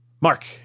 Mark